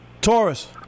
Taurus